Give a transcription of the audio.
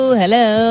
hello